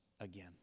again